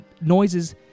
noises